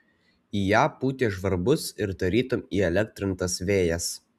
į ją pūtė žvarbus ir tarytum įelektrintas vėjas